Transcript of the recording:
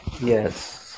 Yes